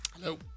hello